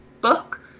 book